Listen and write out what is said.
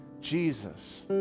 Jesus